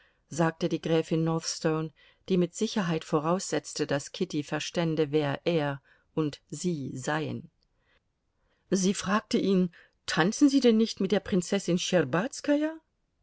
sagte die gräfin northstone die mit sicherheit voraussetzte daß kitty verstände wer er und sie seien sie fragte ihn tanzen sie denn nicht mit der prinzessin